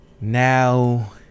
now